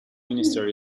minister